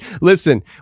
Listen